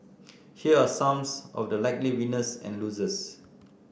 here are some of the likely winners and losers